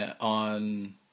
on